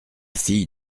fille